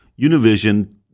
Univision